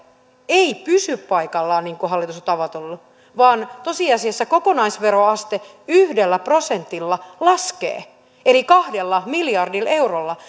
ei pysy paikallaan niin kuin hallitus on tavoitellut vaan tosiasiassa kokonaisveroaste laskee yhdellä prosentilla eli kahdella miljardilla eurolla